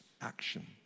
action